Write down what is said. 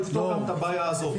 אנחנו לא צריכים להיות שונים